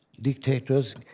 dictators